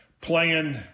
playing –